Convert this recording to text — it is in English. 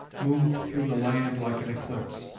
moved through the land like an eclipse.